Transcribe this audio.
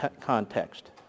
context